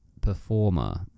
performer